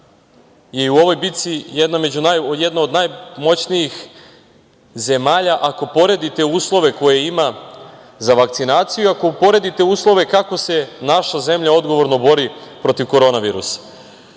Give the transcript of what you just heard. i u ovoj bici jedna od najmoćnijih zemalja, ako poredite uslove koje ima za vakcinaciju, ako poredite uslove kako se naša zemlja odgovorno bori protiv korona virusa. Sama